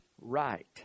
right